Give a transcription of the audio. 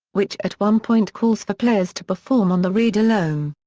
which at one point calls for players to perform on the reed alone.